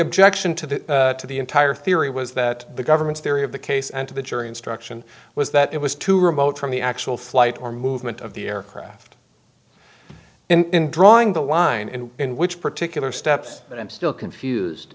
objection to the to the entire theory was that the government's theory of the case and to the jury instruction was that it was too remote from the actual flight or movement of the aircraft in drawing the line and in which particular steps but i'm still confused